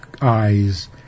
eyes